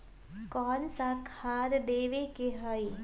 कोन सा खाद देवे के हई?